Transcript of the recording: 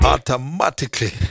Automatically